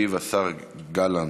ישיב השר גלנט.